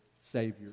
Savior